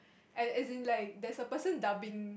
as as in like there's a person dubbing